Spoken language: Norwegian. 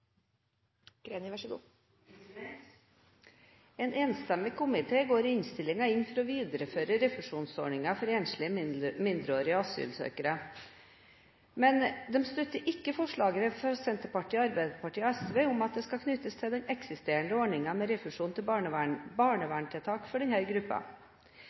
En enstemmig komité går i innstillingen inn for å videreføre refusjonsordningen for enslige mindreårige asylsøkere, men man støtter ikke forslagene fra Senterpartiet, Arbeiderpartiet og SV om at det skal knyttes til den eksisterende ordningen om refusjon til barnevernstiltak for denne gruppen. Kan representanten bekrefte at refusjonsordningen som er foreslått, vil være knyttet til barnevernstiltak for